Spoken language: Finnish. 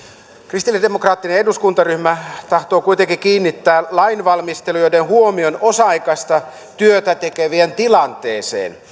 kristillisdemokraattinen eduskuntaryhmä tahtoo kuitenkin kiinnittää lainvalmistelijoiden huomion osa aikaista työtä tekevien tilanteeseen